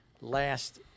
last